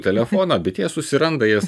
telefoną bet jie susiranda jas